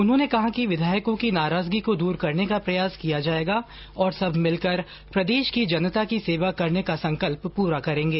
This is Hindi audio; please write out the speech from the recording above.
उन्होंने कहा कि विधायकों की नाराजगी को दूर करने का प्रयास किया जाएगा और सब मिलकर प्रदेश की जनता की सेवा करने का संकल्प पूरा करेंगे